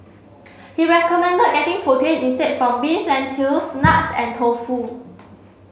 he recommended getting protein instead from beans lentils nuts and tofu